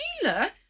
Sheila